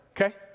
Okay